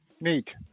Neat